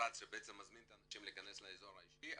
שרץ ומזמין את האנשים להכנס לאזור האישי,